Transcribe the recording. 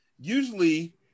usually